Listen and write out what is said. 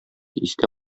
истә